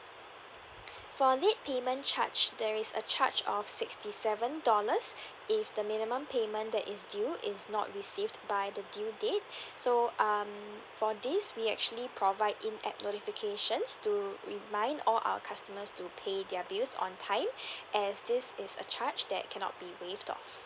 for late payment charge there is a charge of sixty seven dollars if the minimum payment that is due is not received by the due date so um for this we actually provide in-app notifications to remind all our customers to pay their bills on time as this is a charge that cannot be waived off